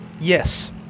Yes